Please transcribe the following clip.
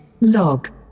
Log